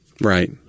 Right